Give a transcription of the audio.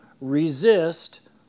resist